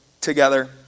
together